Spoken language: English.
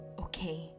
okay